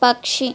పక్షి